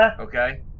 okay